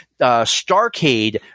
starcade